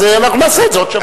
אז אנחנו נעשה את זה בעוד שבוע.